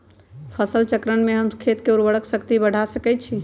फसल चक्रण से हम खेत के उर्वरक शक्ति बढ़ा सकैछि?